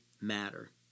matter